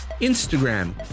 Instagram